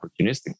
opportunistic